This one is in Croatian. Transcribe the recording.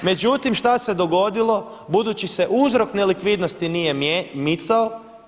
Međutim šta se dogodilo budući se uzrok nelikvidnosti nije micao?